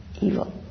evil